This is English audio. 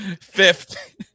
Fifth